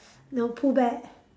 no Pooh bear